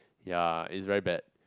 ya is very bad